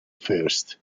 first